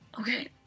Okay